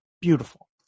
beautiful